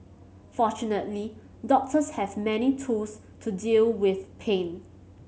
fortunately doctors have many tools to deal with pain